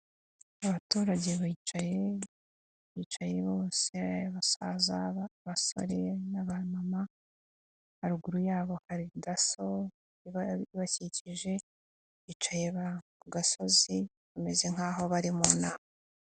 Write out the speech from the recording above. Abaturage bicaye, bicaye bose, abasaza, abasore ,n'aba mama, haruguru yabo hari daso ibakikije, bicaye kugasozi, bameze nk'aho bari mu nama.